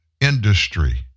industry